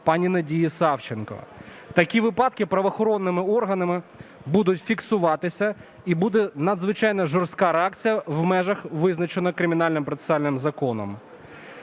пані Надії Савченко. Такі випадки правоохоронними органами будуть фіксуватися і буде надзвичайно жорстка реакція в межах визначено кримінальним процесуальним законом.